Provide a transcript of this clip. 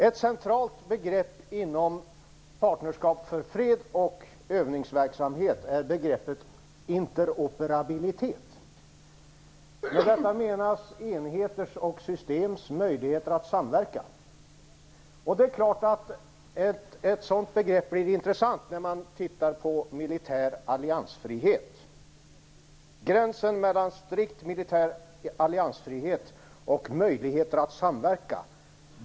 Ett central begrepp inom Partnerskap för fred och övningsverksamhet är begreppet interoperabilitet. Med detta menas enheters och systems möjligheter att samverka. Ett sådant begrepp blir självfallet intressant när man tittar på frågan om militär alliansfrihet. Var går gränsen mellan strikt militär alliansfrihet och möjligheter att samverka?